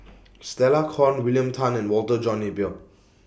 Stella Kon William Tan and Walter John Napier